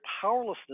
powerlessness